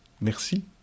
Merci